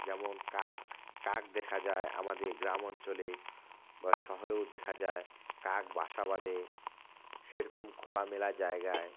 যেমন কাক কাক দেখা যায় আমাদের গ্রাম অঞ্চলে বা শহরেও দেখা যায় কাক বাসা বাঁধে সেরকম খোলামেলা জায়গায়